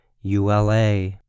ULA